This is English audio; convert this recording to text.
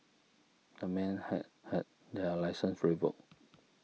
the men have had their licences revoked